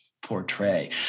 portray